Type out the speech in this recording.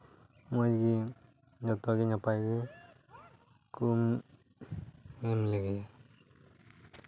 ᱢᱚᱡᱽ ᱜᱮ ᱡᱚᱛᱚᱜᱮ ᱱᱟᱯᱟᱭ ᱜᱮ ᱠᱚ ᱮᱢ ᱞᱮᱜᱮᱭᱟ